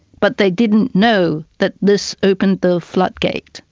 but they didn't know that this opened the floodgates,